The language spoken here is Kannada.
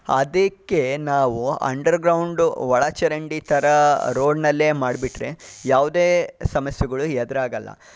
ಅದಕ್ಕೆ ನಾವು ಅಂಡ್ರ್ಗ್ರೌಂಡು ಒಳ ಚರಂಡಿ ಥರ ರೋಡ್ನಲ್ಲೇ ಮಾಡಿಬಿಟ್ರೆ ಯಾವುದೇ ಸಮಸ್ಸೆಗಳೂ ಎದುರಾಗಲ್ಲ